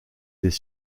des